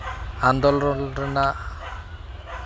ᱟᱱᱫᱳᱞᱚᱱ ᱨᱮᱱᱟᱜ